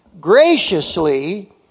graciously